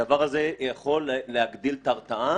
הדבר הזה יכול להגדיל את ההרתעה,